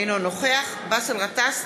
אינו נוכח באסל גטאס,